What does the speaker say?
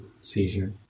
seizure